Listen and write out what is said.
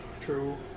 True